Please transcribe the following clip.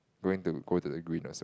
going to go to the green also